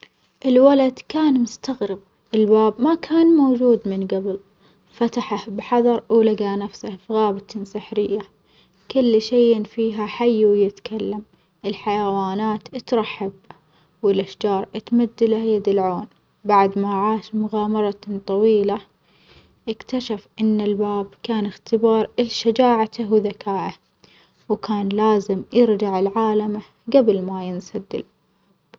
الولد كان مستغرب الباب ما كان مومجود من جبل، فتحه بحجر ولجى نفسه في غابةٍ سحرية كل شي فيها حي ويتكلم، الحيوانات ترحب والأشجار تمد له يد العون، بعد ما عاش مغامرةٍ طويلة إكتشف إن الباب كان اختبار لشجاعته وذكاءه، وكان لازم يرجع لعالمه جبل ما ينسى.